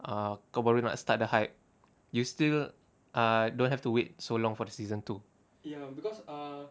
ah kau baru nak start the hype you still ah don't have to wait so long for the season two